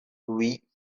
oui